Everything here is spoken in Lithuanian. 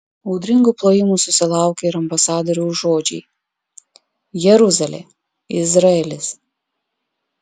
audringų plojimų susilaukė ir ambasadoriaus žodžiai jeruzalė izraelis